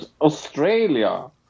Australia